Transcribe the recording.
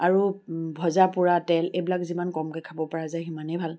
আৰু ভজা পোৰা তেল এইবিলাক যিমান কমকৈ খাব পৰা যায় সিমানেই ভাল